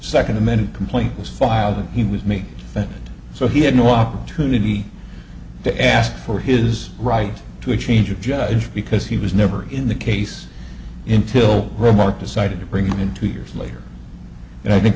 amendment complaint was filed and he was me so he had no opportunity to ask for his right to a change of judge because he was never in the case intil remark decided to bring him in two years later and i think